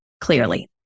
clearly